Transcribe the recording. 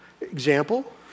Example